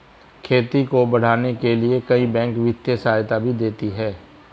खेती को बढ़ाने के लिए कई बैंक वित्तीय सहायता भी देती है